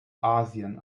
asien